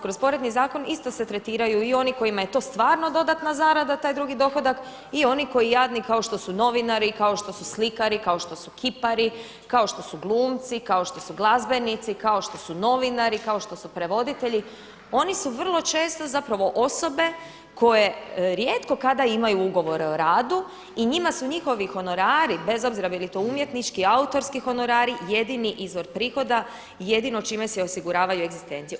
Kroz porezni zakon isto se tretiraju i oni kojima je to stvarno dodatna zarada taj drugi dohodak i oni koji jadni kao što su novinari, kao što su slikari, kao što su kipari, kao što su glumci, kao što su glazbenici, kao što su novinari, kao što su prevoditelji oni su vrlo često zapravo osobe koje rijetko kada imaju ugovore o radu i njima su njihovi honorari bez obzira bili to umjetnički, autorski honorari jedini izvor prihoda, jedino čime si osiguravaju egzistenciju.